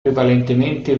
prevalentemente